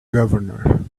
governor